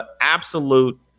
absolute